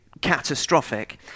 catastrophic